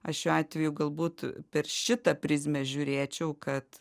aš šiuo atveju galbūt per šitą prizmę žiūrėčiau kad